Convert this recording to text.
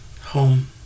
home